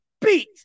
beat